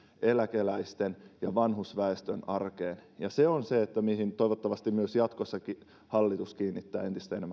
eläkeläisten ja vanhusväestön arkeen se on se mihin toivottavasti jatkossakin hallitus kiinnittää entistä